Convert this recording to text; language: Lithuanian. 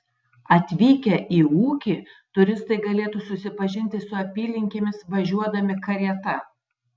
atvykę į ūkį turistai galėtų susipažinti su apylinkėmis važiuodami karieta